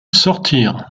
sortir